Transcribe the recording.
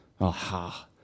aha